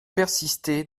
persistez